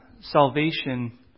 salvation